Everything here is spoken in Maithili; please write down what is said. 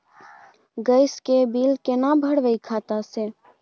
गैस के बिल केना भरबै खाता से?